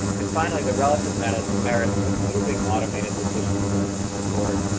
and finally, the relative merits merits of using automated decision support,